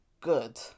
good